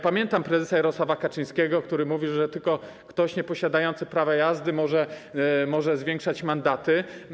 Pamiętam prezesa Jarosława Kaczyńskiego, który mówił, że tylko ktoś nieposiadający prawa jazdy może zwiększać mandaty.